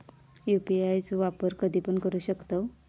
UPI चो वापर कधीपण करू शकतव?